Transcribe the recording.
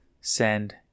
send